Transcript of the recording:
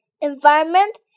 environment